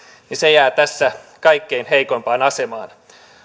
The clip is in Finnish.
jäävät tässä kaikkein heikoimpaan asemaan